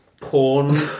porn